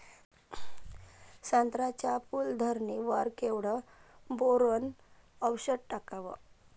संत्र्याच्या फूल धरणे वर केवढं बोरोंन औषध टाकावं?